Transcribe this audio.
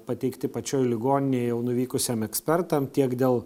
pateikti pačioj ligoninėj jau nuvykusiem ekspertam tiek dėl